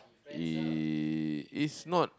eh is not